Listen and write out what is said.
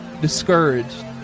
discouraged